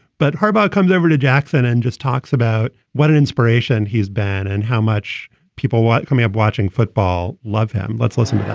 but harbaugh comes over to jackson and just talks about what an inspiration he's been and how much people want me up watching football. love him let's listen. yeah